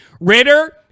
ritter